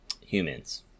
humans